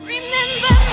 Remember